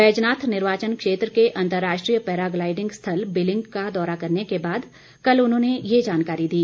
बैजनाथ निर्वाचन क्षेत्र के अंतर्राष्ट्रीय पैराग्लाईडिंग स्थल बिलिंग का दौरा करने के बाद कल उन्होंने ये जानकारी दी